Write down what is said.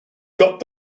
got